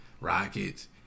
Rockets